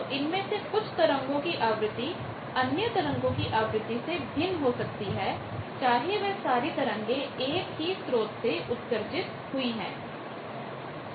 तो इनमे से कुछ तरंगों की आवृत्ति अन्य तरंगों की आवृत्ति से भिन्न हो सकती हैं चाहे वह सारी तरंगे एक ही स्रोत से उत्सर्जित हुई है